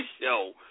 show